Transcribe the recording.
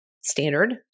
standard